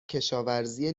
کشاورزی